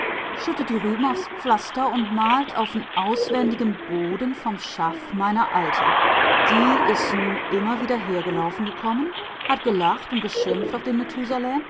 schüttet die rüben aufs pflaster und malt auf n auswendigen boden vom schaff meine alte die is nu immer wieder hergelaufen gekommen hat gelacht und geschimpft auf den